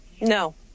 no